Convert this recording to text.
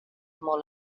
molt